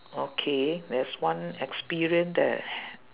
okay there's one experience that